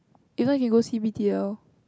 you know you go see B_T_L